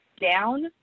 down